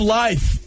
life